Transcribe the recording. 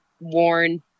worn